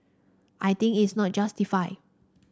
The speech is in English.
I think is not justified